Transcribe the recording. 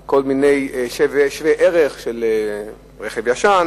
כל מיני שווי-ערך של רכב ישן.